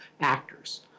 actors